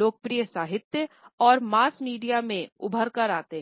लोकप्रिय साहित्य और मास मीडिया में उभर कर आते हैं